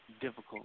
difficult